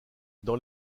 dans